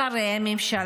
את שרי הממשלה,